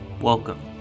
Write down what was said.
Welcome